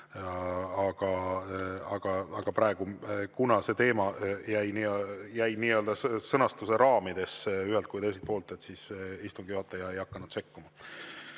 Aga praegu, kuna see teema jäi nii-öelda sõnastuse raamidesse nii ühelt kui ka teiselt poolt, siis istungi juhataja ei hakanud sekkuma.